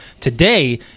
today